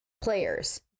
players